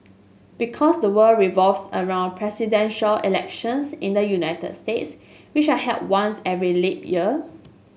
because the world revolves around Presidential Elections in the United States which are held once every leap year